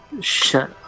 Shut